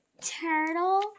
Turtle